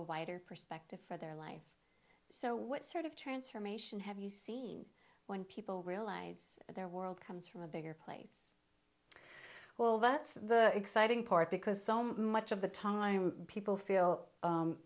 a wider perspective for their life so what sort of transformation have you seen when people realize that their world comes from a bigger place well that's the exciting part because so much of the time people feel